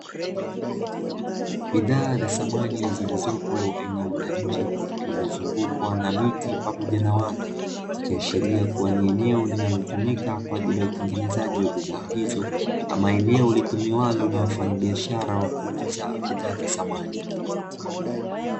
Bidhaa za samani zilizopo eneo la nje, lililozungukwa na miti pamoja na watu, ikiashiria kuwa ni eneo linalotumika kwa ajili ya utengenezaji wa bidhaa hizo, ama eneo litumiwalo na wafanyabiashara wa kuuza bidhaa za samani.